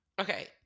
okay